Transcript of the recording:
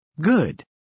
Good